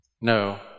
No